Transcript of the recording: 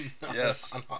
Yes